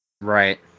Right